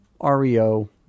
REO